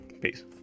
peace